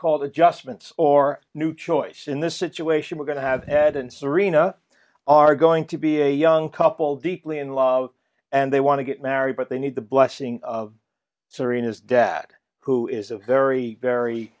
called adjustments or new choice in this situation we're going to have had and serena are going to be a young couple deeply in love and they want to get married but they need the blessing of serena's debt who is a very very